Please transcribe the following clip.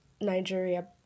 Nigeria